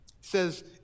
says